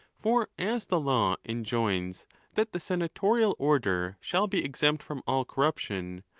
for as the law enjoins that the senatorial order shall be exempt from all corruption,